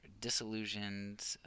disillusioned